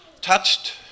touched